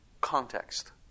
context